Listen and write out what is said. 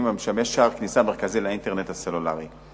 ומשמש שער כניסה מרכזי לאינטרנט הסלולרי.